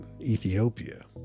Ethiopia